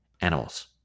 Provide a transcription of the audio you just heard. animals